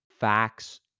Facts